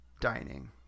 dining